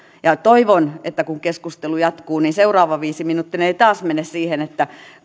toivon että kun keskustelu jatkuu niin seuraava viisiminuuttinen ei taas mene siihen että